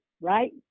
right